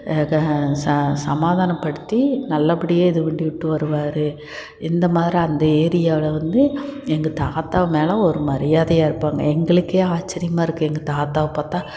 ச சமாதானப்படுத்தி நல்லபடியாக இது பண்ணிவிட்டு வருவார் இந்தமாதிரி அந்த ஏரியாவில் வந்து எங்கள் தாத்தா மேலே ஒரு மரியாதையாக இருப்பாங்க எங்களுக்கே ஆச்சரியமாக இருக்கு எங்கள் தாத்தாவை பார்த்தா